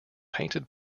painted